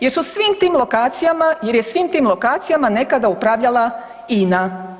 Jer su svim tim lokacijama, jer je svim tim lokacijama nekada upravljala INA.